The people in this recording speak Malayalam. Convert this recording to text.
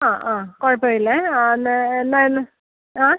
ആ ആ കുഴപ്പം ഇല്ലേ എന്നാൽ ഇന്ന് ആ